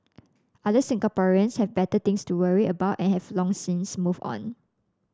other Singaporeans have better things to worry about and have long since moved on